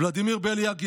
ולדימיר בליאק,